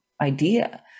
idea